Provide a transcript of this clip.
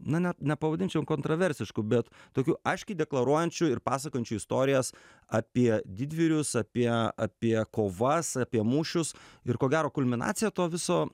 na ne nepavadinčiau kontroversiškų bet tokių aiškiai deklaruojančių ir pasakojančių istorijas apie didvyrius apie apie kovas apie mūšius ir ko gero kulminacija to viso